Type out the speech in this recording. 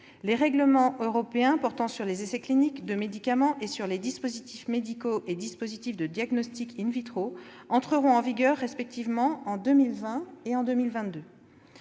les règlements européens portant sur les essais cliniques de médicaments et sur les dispositifs médicaux et dispositifs médicaux de diagnostic entreront en vigueur respectivement en 2020 et en 2022.